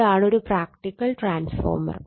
ഇതാണ് ഒരു practical transformer